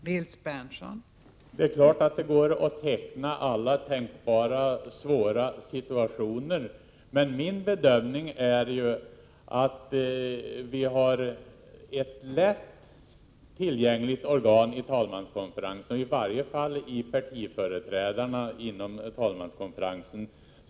Fru talman! Det är klart att det går att teckna alla tänkbara svåra situationer. Men min bedömning är att vi har ett lätt tillgängligt organ i talmanskonferensen, i varje fall när det gäller partiföreträdarna inom talmanskonferensen.